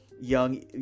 young